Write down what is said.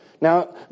Now